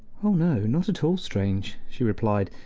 oh no, not at all strange, she replied,